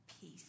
peace